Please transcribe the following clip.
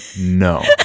no